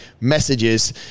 messages